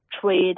trade